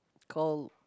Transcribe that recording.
call